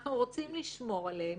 שאנחנו רוצים לשמור עליהם